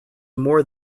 more